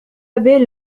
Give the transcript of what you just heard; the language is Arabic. بيل